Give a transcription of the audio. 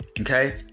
okay